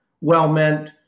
well-meant